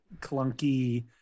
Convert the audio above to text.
clunky